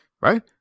right